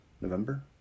November